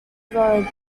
road